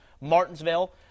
Martinsville